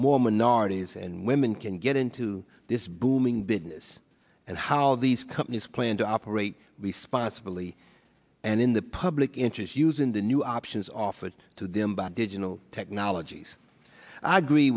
more minorities and women can get into this booming business and how these companies plan to operate responsibility and in the public interest using the new options offered to them by digital technologies i agree